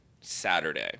Saturday